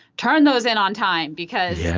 turn those in on time because. yeah.